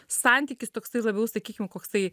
santykis toksai labiau sakykim koksai